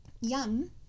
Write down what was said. Yum